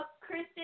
Kristen